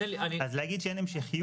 אז להגיד שאין המשכיות זה לא נכון.